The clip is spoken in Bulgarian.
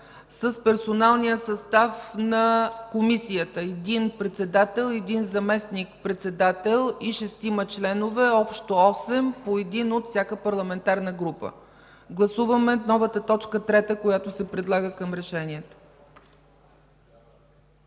с персоналния състав на Комисията – един председател, един заместник-председател и шестима членове – общо 8, по един от всяка парламентарна група. Гласуваме новата т. 3, която се предлага към Решението.